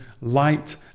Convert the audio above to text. light